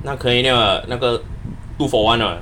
那个 canadian ah 那个 two for one [what]